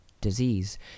disease